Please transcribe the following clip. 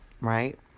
right